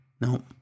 No